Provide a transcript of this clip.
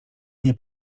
nie